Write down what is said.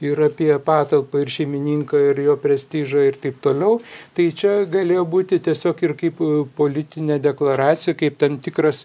ir apie patalpą ir šeimininką ir jo prestižą ir taip toliau tai čia galėjo būti tiesiog ir kaip politinė deklaracija kaip tam tikras